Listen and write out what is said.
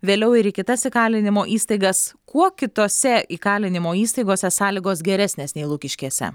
vėliau ir į kitas įkalinimo įstaigas kuo kitose įkalinimo įstaigose sąlygos geresnės nei lukiškėse